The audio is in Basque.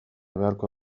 beharko